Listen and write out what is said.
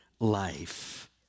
life